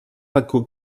paco